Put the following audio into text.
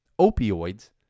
opioids